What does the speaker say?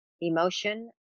emotion